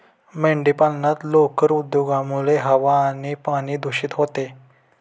मेंढीपालनात लोकर उद्योगामुळे हवा आणि पाणी दूषित होते